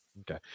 Okay